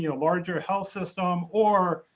you know larger health system or,